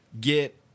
get